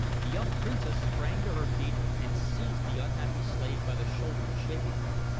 the young princess sprang to her feet and seized the unhappy slave by the shoulders, shaking her.